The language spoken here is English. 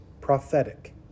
prophetic